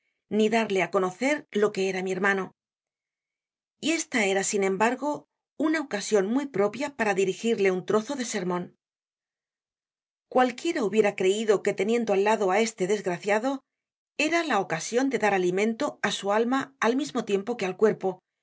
ni dar le á conocer lo que era mi hermano y esta era sin embargo una ocasion muy propia para dirigirle un trozo de sermon cualquiera hu biera creido que teniendo al lado á este desgraciado era la ocasion de dar alimento á su alma al mismo tiempo que al cuerpo